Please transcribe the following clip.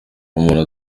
umuntu